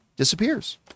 disappears